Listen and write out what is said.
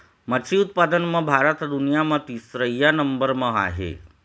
मछरी उत्पादन म भारत ह दुनिया म तीसरइया नंबर म आहे